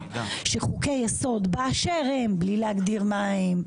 שחוקי יסוד באשר הם - בלי להגדיר מה הם,